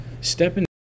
stepping